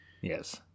Yes